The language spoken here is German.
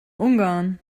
ungarn